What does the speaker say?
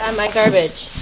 ah my garbage.